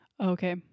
Okay